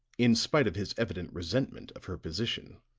in spite of his evident resentment of her position.